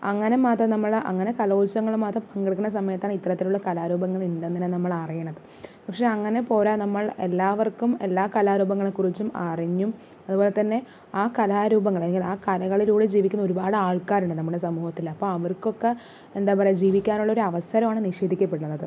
അങ്ങനെ മാത്രം നമ്മൾ അങ്ങനെ കലോത്സവങ്ങളിൽ മാത്രം പങ്കെടുക്കുന്ന സമയത്താണ് ഇത്തരത്തിലുള്ള കലാരൂപങ്ങൾ ഉണ്ടെന്ന് തന്നെ നമ്മൾ അറിയുന്നത് പക്ഷെ അങ്ങനെ പോരാ നമ്മൾ എല്ലാവർക്കും എല്ലാ കലാരൂപങ്ങളെക്കുറിച്ചും അറിഞ്ഞും അതുപോലെ തന്നെ ആ കലാരൂപങ്ങളെ അല്ലെങ്കിൽ ആ കലകളിലൂടെ ജീവിക്കുന്ന ഒരുപാട് ആൾക്കാരുണ്ട് നമ്മുടെ സമൂഹത്തിൽ അപ്പം അവർക്കൊക്കെ എന്താ പറയുക ജീവിക്കാനുള്ള ഒരവസരമാണ് നിഷേധിക്കപ്പെടുന്നത്